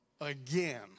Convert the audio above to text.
again